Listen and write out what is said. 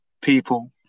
people